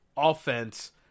offense